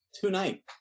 tonight